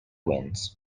winds